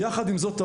יחד עם זאת,